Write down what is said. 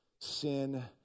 sin